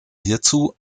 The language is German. hierzu